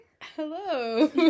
Hello